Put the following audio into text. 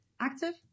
active